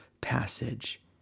passage